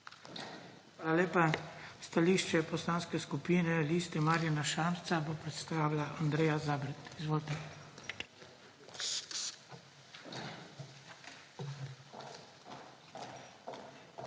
lepa. Stališče Poslanske skupine Liste Marjana Šarca bo predstavila Andreja Zabret. Izvolite.